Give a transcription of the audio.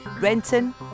Renton